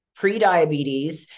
prediabetes